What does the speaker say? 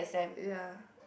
ya